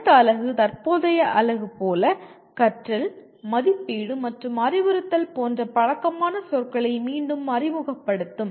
அடுத்த அலகு தற்போதைய அலகு போல கற்றல் மதிப்பீடு மற்றும் அறிவுறுத்தல் போன்ற பழக்கமான சொற்களை மீண்டும் அறிமுகப்படுத்தும்